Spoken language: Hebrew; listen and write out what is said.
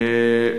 אבל,